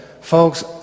Folks